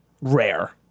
rare